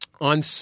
on